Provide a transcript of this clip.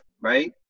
right